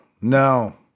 no